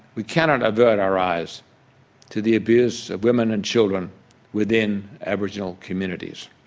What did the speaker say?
we cannot avert our eyes to the abuse of women and children within aboriginal communities.